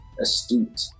astute